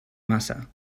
massa